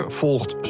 volgt